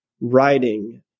writing